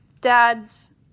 dad's